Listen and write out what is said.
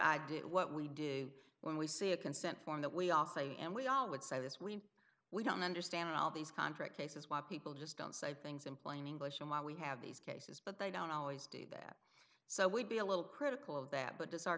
i did what we do when we see a consent form that we all say and we all would say this when we don't understand all these contract aces why people just don't say things in plain english and why we have these cases but they don't always do that so we'd be a little critical of that but does our